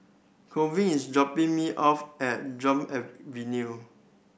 Colvin is dropping me off at Avenue